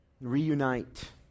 reunite